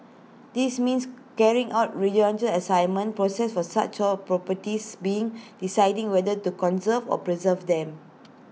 this means carrying out rigorous Assessment process for such all properties being deciding whether to conserve or preserve them